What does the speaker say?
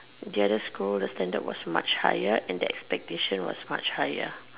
the other school the standard was much higher and the expectation was much higher